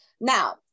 Now